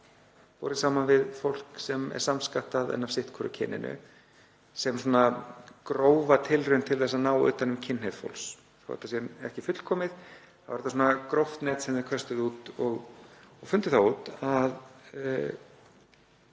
borið saman við fólk sem var samskattað en af sitt hvoru kyninu sem svona grófa tilraun til að ná utan um kynhneigð fólks. Þó að þetta sé ekki fullkomið þá er þetta svona gróft net sem þeir köstuðu út og fundu það út að